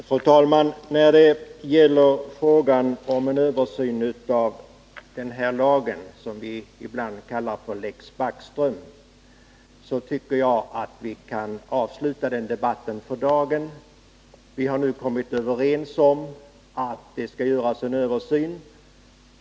Fru talman! Jag tycker att vi för dagen kan avsluta debatten om en översyn av den här lagen, som vi ibland kallar Lex Backström. Vi har nu kommit överens om att det skall göras en översyn.